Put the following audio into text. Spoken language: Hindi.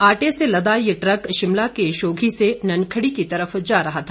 आटे से लदा ये ट्रक शिमला के शोघी से ननखड़ी की तरफ जा रहा था